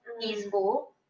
peaceful